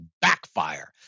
backfire